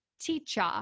teacher